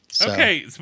Okay